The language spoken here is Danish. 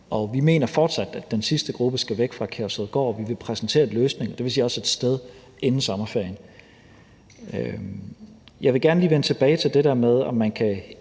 vi mener fortsat, at den sidste gruppe skal væk fra Kærshovedgård, og vi vil præsentere en løsning, og det vil også sige et sted, inden sommerferien. Jeg vil gerne lige vende tilbage til det der med, om man kan